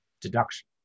deduction